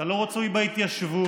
אתה לא רצוי בהתיישבות,